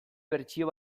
bertsio